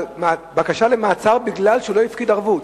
בקשה למעצר כי הוא לא הפקיד ערבות.